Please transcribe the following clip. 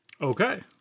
Okay